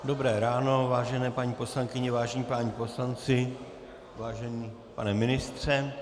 Dobré ráno, vážené paní poslankyně, vážení páni poslanci, vážený pane ministře.